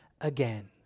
again